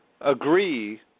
agree